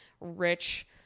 rich